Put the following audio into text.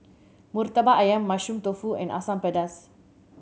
Murtabak Ayam Mushroom Tofu and Asam Pedas